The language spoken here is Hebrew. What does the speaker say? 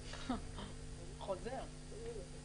הפעם אהיה יותר חד מהפעם